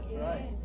right